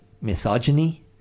misogyny